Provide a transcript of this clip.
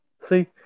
see